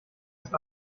ist